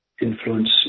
influence